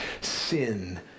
sin